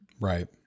Right